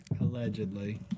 Allegedly